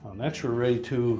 um next, we're ready to